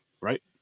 right